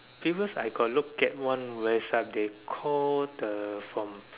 because I got look at one website they call the from